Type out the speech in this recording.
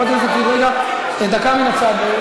חברת הכנסת, דקה מן הצד.